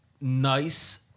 nice